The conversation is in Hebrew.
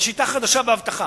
זו שיטה חדשה באבטחה.